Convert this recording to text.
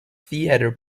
theater